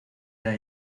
era